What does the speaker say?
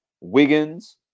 Wiggins